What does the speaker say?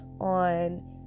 on